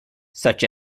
such